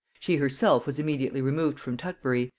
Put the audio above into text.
she herself was immediately removed from tutbury,